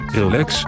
relax